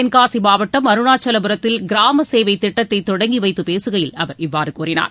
தென்காசி மாவட்டம் அருணாச்சவபுரத்தில் கிராமசேவை திட்டத்தை தொடங்கி வைத்து பேசுகையில் அவர் இவ்வாறு கூறினார்